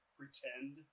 pretend